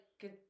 good